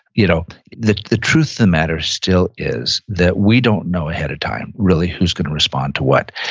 you know the the truth of the matter still is that we don't know ahead of time really who's going to respond to what.